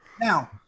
Now